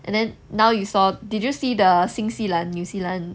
and then now you saw did you see the 新西兰 new zealand